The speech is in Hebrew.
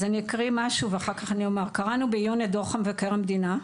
אז אני אקריא משהו ואחר-כך אני אומר: קראנו בעיון את דוח מבקר המדינה,